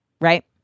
right